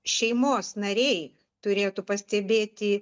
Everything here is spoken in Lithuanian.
šeimos nariai turėtų pastebėti